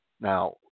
Now